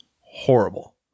horrible